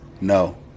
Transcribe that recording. No